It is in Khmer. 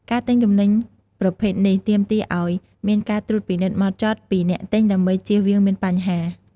ការទិញទំនិញប្រភេទនេះ ទាមទារអោយមានការត្រួតពិនិត្យហ្មត់ចត់ពីអ្នកទិញដើម្បីជៀសវាងមានបញ្ហា។